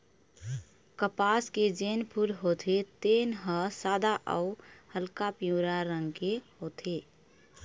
कपसा के जेन फूल होथे तेन ह सादा अउ हल्का पीवरा रंग के होथे